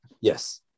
Yes